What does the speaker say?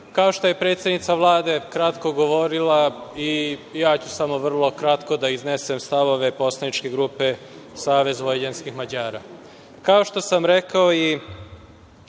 kao što je predsednica Vlade kratko govorila i ja ću samo vrlo kratko da iznesem stavove poslaničke grupe SVM.Kao što sam rekao